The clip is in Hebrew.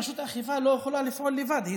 רשות האכיפה לא יכולה לפעול לבד,